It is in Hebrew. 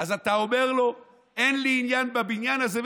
אז אתה אמר לו: אין לי עניין בבניין הזה,